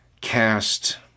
cast